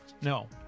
No